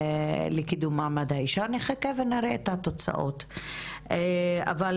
לקידום מעמד האישה, נחכה ונראה את התוצאות, אבל